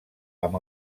amb